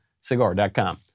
Cigar.com